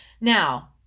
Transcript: Now